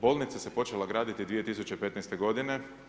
Bolnica se počela graditi 2015. godine.